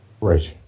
Right